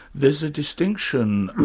there's a distinction,